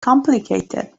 complicated